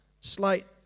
slight